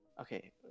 Okay